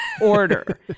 order